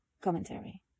commentary